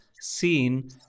seen